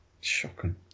Shocking